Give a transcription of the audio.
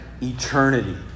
eternity